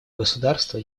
государства